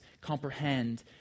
comprehend